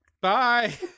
Bye